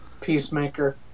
Peacemaker